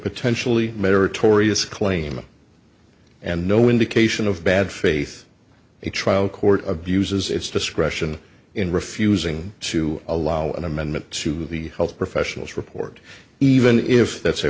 potentially meritorious claim and no indication of bad faith the trial court abuses its discretion in refusing to allow an amendment to the health professionals report even if that's